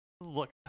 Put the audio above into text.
Look